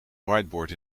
whiteboard